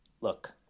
look